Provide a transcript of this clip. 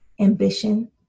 ambition